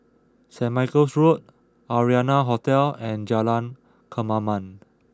Saint Michael's Road Arianna Hotel and Jalan Kemaman